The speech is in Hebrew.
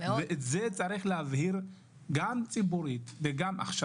את זה צריך להבהיר גם ציבורית וגם עכשיו.